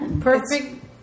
Perfect